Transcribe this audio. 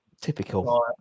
Typical